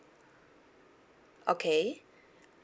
okay